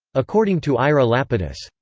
according to ira lapidus,